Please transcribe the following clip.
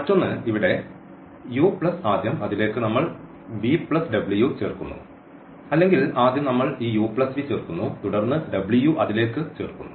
മറ്റൊന്ന് ഇവിടെ u plus ആദ്യം അതിലേക്ക് നമ്മൾ v w ചേർക്കുന്നു അല്ലെങ്കിൽ ആദ്യം നമ്മൾ ഈ u v ചേർക്കുന്നു തുടർന്ന് w അതിലേക്ക് ചേർക്കുന്നു